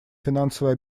финансовое